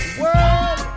world